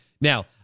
Now